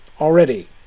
already